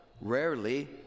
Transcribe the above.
rarely